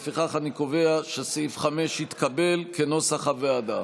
לפיכך אני קובע שסעיף 5 התקבל כנוסח הוועדה.